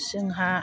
जोंहा